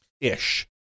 Ish